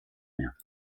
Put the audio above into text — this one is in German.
mehr